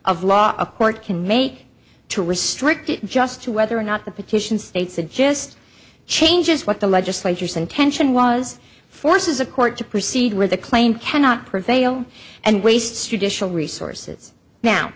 of law a court can make to restrict it just to whether or not the petition states it just changes what the legislators intention was forces a court to proceed with a claim cannot prevail and wastes judicial resources now